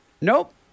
Nope